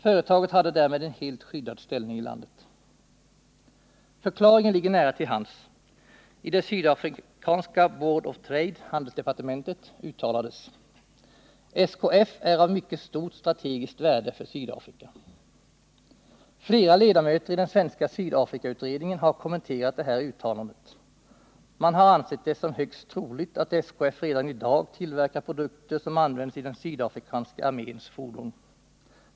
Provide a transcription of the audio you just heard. Företaget hade därmed en helt skyddad ställning i landet. Förklaringen ligger nära till hands. I det sydafrikanska ”Board of Trade” uttalades: SKF är av mycket stort strategiskt värde för Sydafrika. Flera ledamöter i den svenska ”Sydafrikautredningen” har kommenterat det här uttalandet. Man har ansett det som högst troligt att SKF redan i dag tillverkar produkter som används i den sydafrikanska arméns fordon.